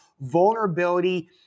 vulnerability